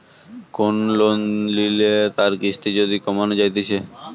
কোন লোন লিলে তার কিস্তি যদি কমানো যাইতেছে